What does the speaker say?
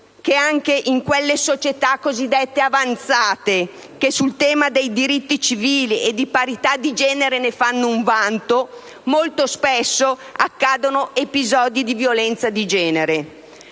che anche in quelle società cosiddette avanzate, che fanno un vanto del tema dei diritti civili e di parità di genere, molto spesso accadono episodi di violenza di genere.